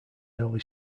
early